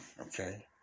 Okay